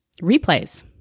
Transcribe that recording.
replays